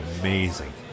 amazing